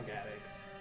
addicts